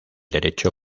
derecho